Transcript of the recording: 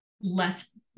less